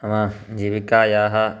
मम जीविकायाः